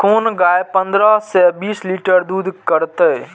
कोन गाय पंद्रह से बीस लीटर दूध करते?